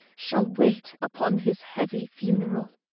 shall wait upon his heavy funeral.